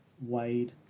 Wade